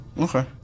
Okay